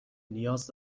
نیاز